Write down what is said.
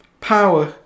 power